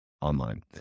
online